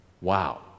Wow